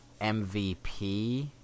MVP